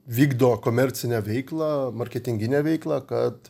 vykdo komercinę veiklą marketinginę veiklą kad